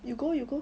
you go you go